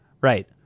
right